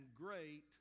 great